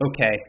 okay